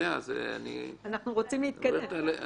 אנחנו רוצים להתקדם.